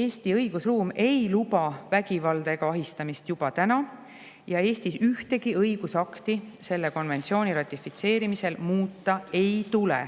Eesti õigusruum ei luba vägivalda ja ahistamist juba praegu. Ja Eestis ühtegi õigusakti selle konventsiooni ratifitseerimisel muuta ei tule.